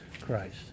Christ